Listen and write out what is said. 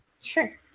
sure